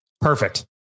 perfect